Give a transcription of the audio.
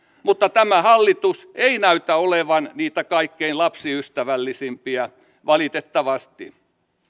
mutta tämä hallitus ei näytä olevan niitä kaikkein lapsiystävällisimpiä valitettavasti